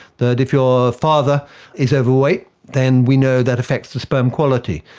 that if your father is overweight then we know that affects the sperm quality.